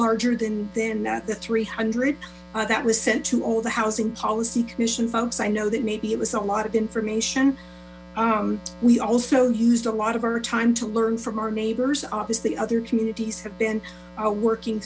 larger than than the three hundred that was sent to all the housing policy commission folks i know that maybe it was a lot of information we also used a lot of our time to learn from our neighbors obviously other communities have been working